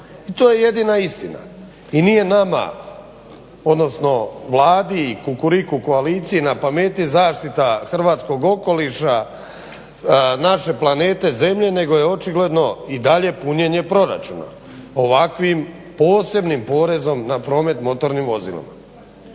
motorna vozila i nije nama odnosno Vladi, Kukuriku koaliciji na pameti zaštita hrvatskog okoliša naše planete Zemlje nego je očigledno punjenje proračuna ovakvim posebnim porezom na promet motornim vozilom.